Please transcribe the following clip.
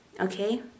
okay